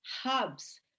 hubs